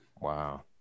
Wow